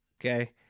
Okay